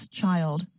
child